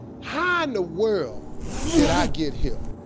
how in the world did i get here?